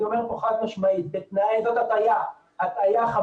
אני אומר כאן חד משמעית שזאת הטעיה חמורה.